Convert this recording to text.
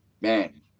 man